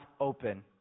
open